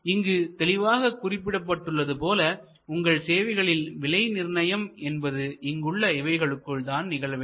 இங்கு தெளிவாக குறிப்பிடப்பட்டுள்ளது போல உங்கள் சேவைகளின் விலை நிர்ணயம் என்பது இங்குள்ள இவைகளுக்குள் தான் நிகழ வேண்டும்